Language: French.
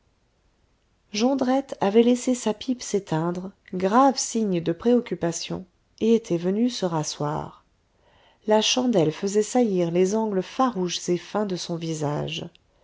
jondrette avait laissé sa pipe s'éteindre grave signe de préoccupation et était venu se rasseoir la chandelle faisait saillir les angles farouches et fins de son visage